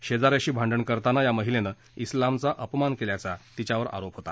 शेजा याशी भांडण करताना या महिलेनं उलामचा अपमान केल्याचा तिच्यावर आरोप होता